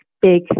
big